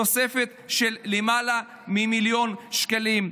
תוספת של למעלה ממיליון שקלים.